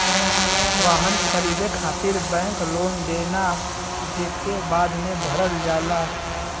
वाहन खरीदे खातिर बैंक लोन देना जेके बाद में भरल जाला